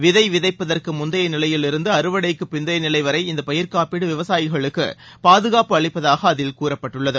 விதை விதைப்பதற்கு முந்தைய நிலையில் இருந்து அறுவடைக்கு பிந்தைய நிலை வரை இந்த பயிர் காப்பீடு விவசாயிகளுக்கு பாதுகாப்பு அளிப்பதாக அதில் கூறப்பட்டுள்ளது